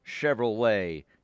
Chevrolet